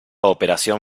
operación